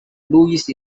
louis